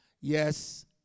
Yes